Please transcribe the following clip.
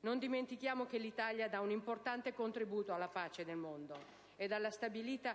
Non dimentichiamo che 1'Italia dà un importante contributo alla pace nel mondo ed alla stabilità